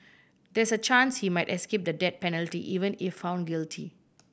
there's a chance he might escape the death penalty even if found guilty